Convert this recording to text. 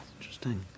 Interesting